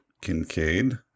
Kincaid